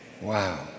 Wow